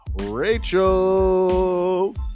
Rachel